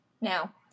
Now